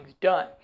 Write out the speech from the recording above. done